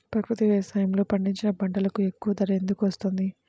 ప్రకృతి వ్యవసాయములో పండించిన పంటలకు ఎక్కువ ధర ఎందుకు వస్తుంది?